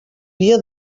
dia